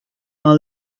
our